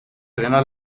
frenó